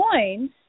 coins